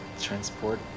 Transport